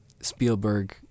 Spielberg